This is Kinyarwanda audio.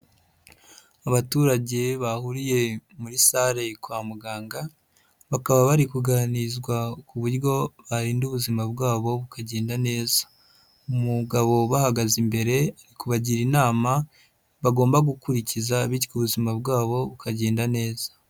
Abaturage bahuriye muri sale kwa muganga, bakaba bari kuganizwa ku buryo barinda ubuzima bwabo bukagenda neza. Umugabo ubahagaze imbere ari kubagira inama bagomba gukurikiza bityo ubuzima bwabo bukagenda neza.